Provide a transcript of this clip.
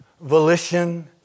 volition